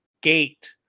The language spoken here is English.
gate